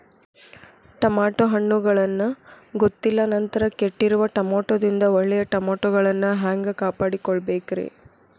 Tomato ಹಣ್ಣುಗಳನ್ನ ಗೊತ್ತಿಲ್ಲ ನಂತರ ಕೆಟ್ಟಿರುವ ಟಮಾಟೊದಿಂದ ಒಳ್ಳೆಯ ಟಮಾಟೊಗಳನ್ನು ಹ್ಯಾಂಗ ಕಾಪಾಡಿಕೊಳ್ಳಬೇಕರೇ?